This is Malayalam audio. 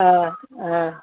ആ ആ